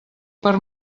per